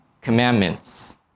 commandments